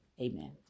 amen